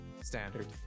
standard